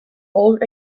old